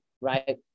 right